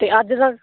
ਅਤੇ ਅੱਜ ਦਾ